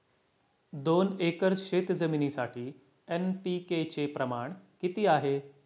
दोन एकर शेतजमिनीसाठी एन.पी.के चे प्रमाण किती आहे?